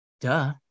Duh